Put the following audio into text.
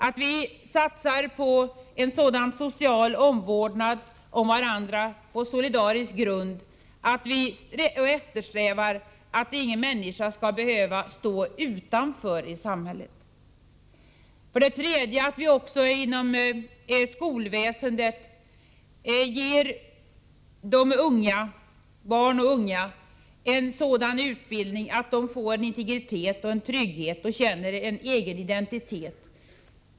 Vi måste satsa på en social omvårdnad om varandra på solidarisk grund och eftersträva att ingen människa skall behöva stå utanför i samhället. Vi måste inom skolväsendet ge barn och unga en sådan utbildning att de får integritet och trygghet och en egen identitet.